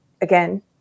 again